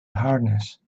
harness